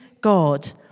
God